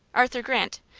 arthur grant.